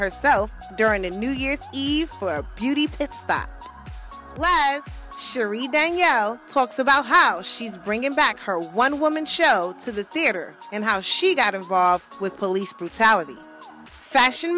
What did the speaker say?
herself during a new year's eve for beauty it's that last she read danielle talks about how she's bringing back her one woman show to the theater and how she got involved with police brutality fashion